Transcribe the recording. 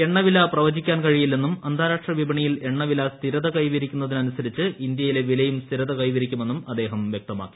എണ്ണവില പ്രവചിക്കാൻ കഴിയില്ലെന്നും അന്താരാഷ്ട്ര വിപണിയിൽ എണ്ണവില സ്ഥിരത കൈവരിക്കുന്നതിന് അനുസരിച്ച് ഇന്ത്യയിലെ വിലയും സ്ഥിരത കൈവരിക്കുമെന്നും അദ്ദേഹം വ്യക്തമാക്കി